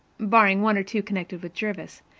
barring one or two connected with jervis,